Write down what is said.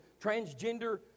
transgender